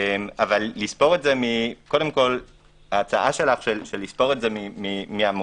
אבל ההצעה שלך, לספור את זה מהמועד